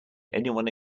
anyone